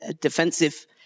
defensive